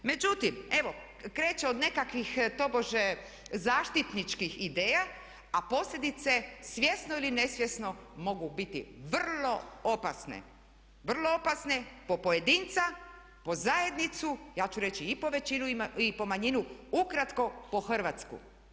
Međutim, evo kreće od nekakvih tobože zaštitničkih ideja a posljedice svjesno ili nesvjesno mogu biti vrlo opasne po pojedinca, po zajednicu, ja ću reći i po većinu i po manjinu, ukratko po Hrvatsku.